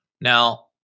Now